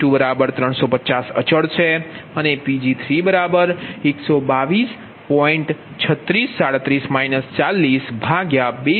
Pg2350 Achal અને Pg3122